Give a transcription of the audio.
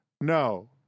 no